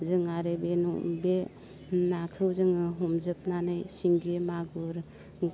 जों आरो बे नाखौ जोङो हमजोबनानै सिंगि मागुर